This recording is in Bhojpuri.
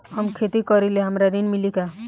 हम खेती करीले हमरा ऋण मिली का?